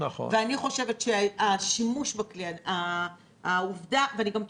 ואני חושבת שהשימוש בכלי הזה --- האם הוא